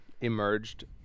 emerged